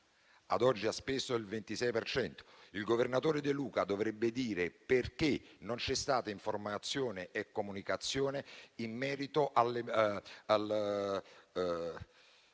ad oggi, ne ha speso il 26 per cento. Il governatore De Luca dovrebbe dire perché non c'è stata informazione e comunicazione in merito alle